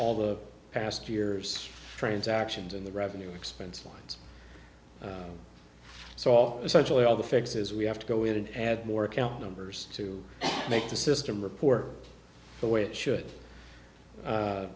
all the past years transactions in the revenue expense lines so all essentially all the fixes we have to go in and add more account numbers to make the system report the way it should